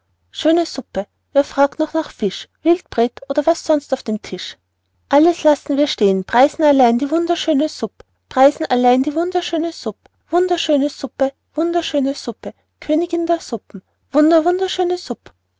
schöne suppe wer fragt noch nach fisch wildpret oder was sonst auf dem tisch alles lassen wir stehen zu p reisen allein die wunderschöne supp preisen allein die wunderschöne supp wu underschöne su uppe wu underschöne su uppe kö önigin der su uppen wunder wunderschöne supp